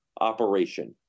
operation